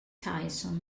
tyson